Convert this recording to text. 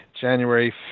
January